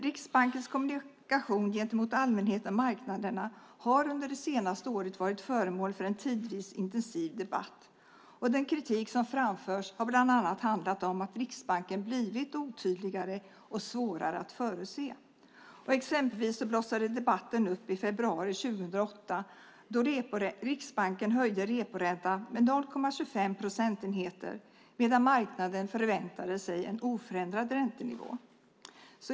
Riksbankens kommunikation gentemot allmänheten och marknaderna har under det senaste året varit föremål för en tidvis intensiv debatt. Den kritik som framförts har bland annat handlat om att Riksbanken blivit otydligare och svårare att förutse. Exempelvis blossade debatten upp i februari 2008 då Riksbanken höjde reporäntan med 0,25 procentenheter medan marknaden förväntade sig en oförändrad räntenivå.